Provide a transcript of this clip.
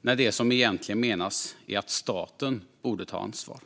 Men det som egentligen menas är att staten borde ta ansvar.